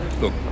look